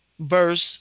Verse